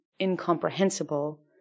incomprehensible